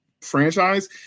franchise